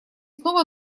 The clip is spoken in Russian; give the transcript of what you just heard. снова